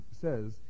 says